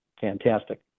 fantastic